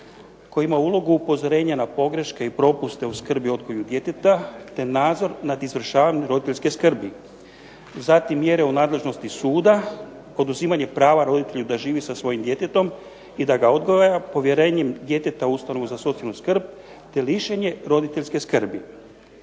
koji ima ulogu upozorenja na pogreške i propuste u skrbi odgoju djeteta, te nadzor nad izvršavanjem roditeljske skrbi. Zatim, mjere u nadležnosti suda, oduzimanje prava roditelju da živi sa svojim djetetom i da ga odgaja, povjerenjem djeteta u ustanovu za socijalnu skrb, te lišenje roditeljske skrbi.